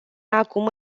acum